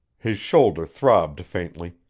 his shoulder throbbed faintly,